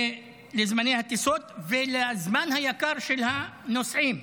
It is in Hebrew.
לזמני הטיסות ולזמן היקר של הנוסעים.